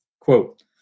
Quote